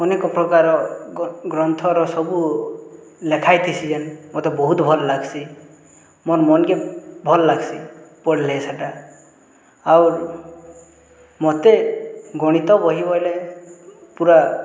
ଅନେକ ପ୍ରକାର ଗ୍ରନ୍ଥର ସବୁ ଲେଖା ହେଇ ଥିସି ଜେନ୍ ମୋତେ ବହୁତ ଭଲ୍ ଲାଗ୍ସି ମୋର୍ ମନକେ ଭଲ୍ ଲାଗ୍ସି ପଢ଼ିଲେ ସେଇଟା ଆଉ ମୋତେ ଗଣିତ ବହି ବୋଇଲେ ପୁରା